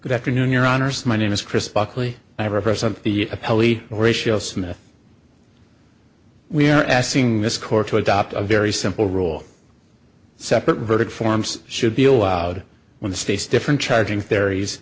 good afternoon your honor so my name is chris buckley i represent the appellee ratio smith we are asking this court to adopt a very simple rule separate verdict forms should be allowed when the state's different charging theories